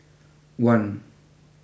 one